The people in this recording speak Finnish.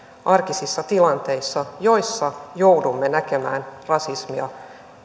arkisissa tilanteissa joissa joudumme näkemään rasismia